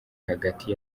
hagati